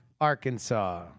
Arkansas